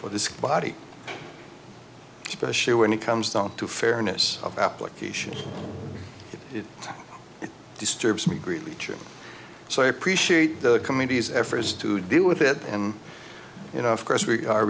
for the body especially when it comes down to fairness of application it disturbs me greatly so i appreciate the committee's efforts to deal with it and you know of course we are